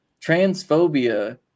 transphobia